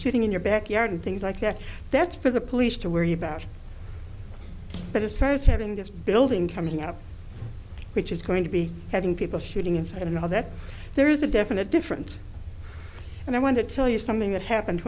shooting in your backyard and things like that that's for the police to worry about that is first having this building coming up which is going to be having people shooting and now that there is a definite difference and i want to tell you something that happened